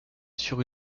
sur